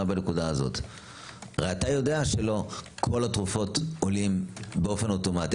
הרי אתה יודע שלא כל התרופות עולות באופן אוטומטי,